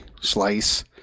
slice